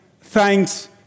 thanks